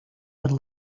had